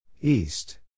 East